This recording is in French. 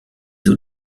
eaux